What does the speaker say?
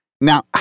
now